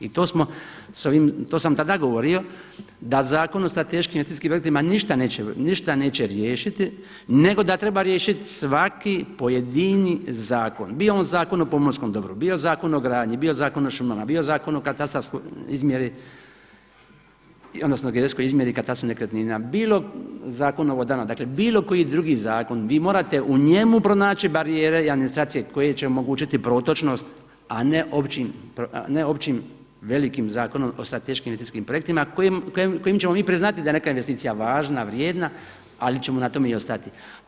I to sam tada govorio da Zakon o strateškim investicijskim projektima ništa neće, ništa neće riješiti nego da treba riješiti svaki pojedini zakon, bio on zakon o pomorskom dobru, bio Zakon o gradnji, bio Zakon o šumama, bio Zakon o katastarskoj izmjeri, odnosno geodetskoj izmjeri i katastru nekretnina, bilo zakon o vodama, dakle bilo koji drugi zakon, vi morate u njemu pronaći barijere administracije koje će omogućiti protočnost a ne općim velikim Zakonom o strateškim investicijskim projektima kojim ćemo mi priznati da je neka investicija važna, vrijedna ali ćemo na tome i ostati.